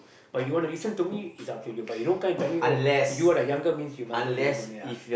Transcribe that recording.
but you wanna listen to is me up to you but you don't come and tell me oh you are the younger means you must go and listen to me ah